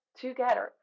together